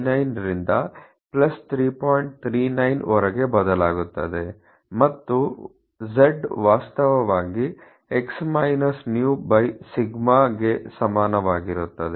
39 ರವರೆಗೆ ಬದಲಾಗುತ್ತದೆ ಮತ್ತು z ವಾಸ್ತವವಾಗಿ x µ ಡಿವೈಡೆಡ್ ಬೈ 𝝈 ಮೌಲ್ಯಕ್ಕೆ x µ ಸಮಾನವಾಗಿರುತ್ತದೆ